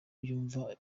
yumva